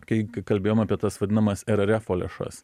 kai k kalbėjom apie tas vadinamas ererefo lėšas